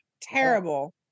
terrible